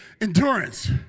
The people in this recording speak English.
endurance